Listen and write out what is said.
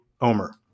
Omer